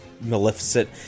Maleficent